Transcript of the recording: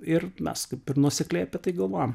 ir mes kaip ir nuosekliai apie tai galvojam